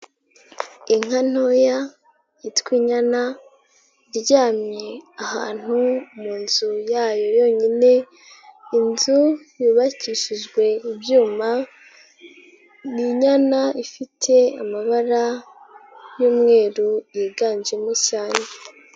Inka ntoya yitwa inyana, iryamye ahantu mu nzu yayo yonyine .Inzu yubakishijwe ibyuma, ni inyana ifite amabara y'umweru yiganjemo cyane.